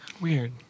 Weird